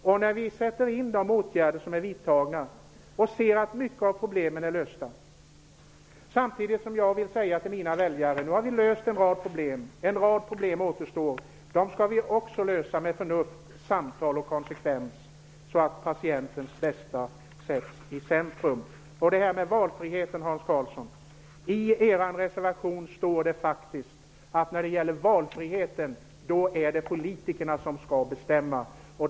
Vi har vidtagit åtgärder och ser nu att många av problemen är lösta. Samtidigt som jag säger till mina väljare att vi nu har löst en rad problem vill jag säga att en rad problem återstår. Dem skall vi också lösa med förnuft, samtal och konsekvens, så att patientens bästa sätts i centrum. När det gäller valfriheten, Hans Karlsson, står det faktiskt i den socialdemokratiska reservationen att det är politikerna som skall bestämma.